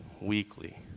Weekly